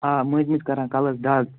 آ مٔنٛزۍ مٔنٛزۍ کران کَلَس دَغ